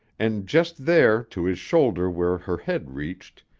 and just there, to his shoulder where her head reached,